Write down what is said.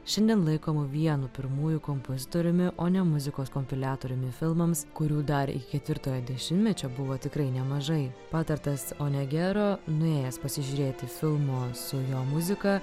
šiandien laikomo vienu pirmųjų kompozitoriumi o ne muzikos kompiliatoriumi filmams kurių dar iki ketvirtojo dešimtmečio buvo tikrai nemažai patartas honegero nuėjęs pasižiūrėti filmo su jo muzika